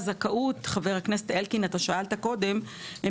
חבר הכנסת אלקין, שאלת קודם מבחינת טועני הזכאות.